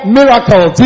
miracles